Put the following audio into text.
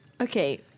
Okay